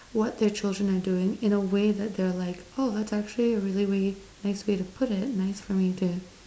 what their children are doing in a way that they're like oh that's actually a really way nice way to put it nice for me to